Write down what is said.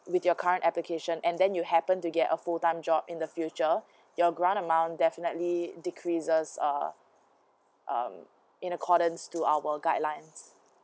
with your current application and then you happen to get a full time job in the future your grant amount definitely decreases err um in accordance to our guidelines